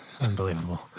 unbelievable